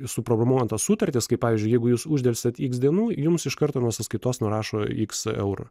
suprogramuotos sutartys kaip pavyzdžiui jeigu jūs uždelsiat iks dienų jums iš karto nuo sąskaitos nurašo iks eurų